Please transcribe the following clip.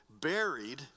buried